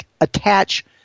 attach